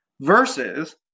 Versus